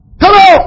hello